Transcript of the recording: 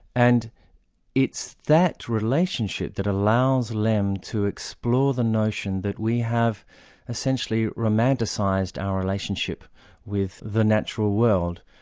and it's that relationship that allows lem to explore the notion that we have essentially romanticised our relationship with the natural world,